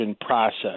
process